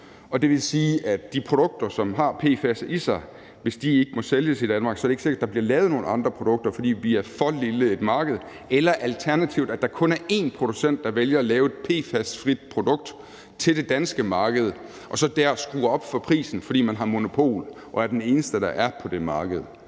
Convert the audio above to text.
Det vil sige, at hvis de produkter, som har PFAS i sig, ikke må sælges i Danmark, er det ikke sikkert, at der bliver lavet nogle andre produkter, fordi vi er for lille et marked, eller alternativt, at der kun er én producent, der vælger at lave et PFAS-frit produkt til det danske marked og så skruer op for prisen, fordi man har monopol og er den eneste, der er, på det marked.